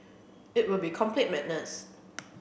it would be complete madness